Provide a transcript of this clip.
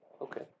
Okay